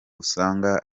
usanga